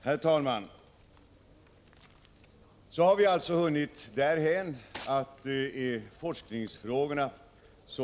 Herr talman! Så har vi alltså hunnit till forskningsfrågorna.